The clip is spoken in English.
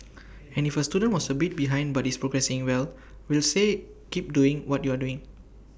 and if A student was A bit behind but is progressing well we'll say keep doing what you're doing